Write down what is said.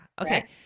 Okay